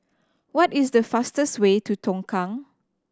what is the fastest way to Tongkang